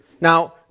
Now